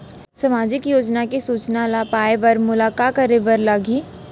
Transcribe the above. सामाजिक योजना के सूचना ल पाए बर मोला का करे बर लागही?